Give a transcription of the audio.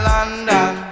London